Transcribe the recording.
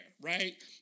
Right